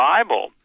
Bible